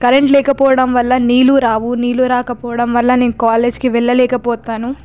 current లేకపోవడం వల్ల నీళ్లు రావు నీళ్లు రాకపోవడం వల్ల నేను కాలేజీకి వెళ్ళలేకపోతాను